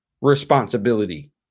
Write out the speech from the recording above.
responsibility